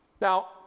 Now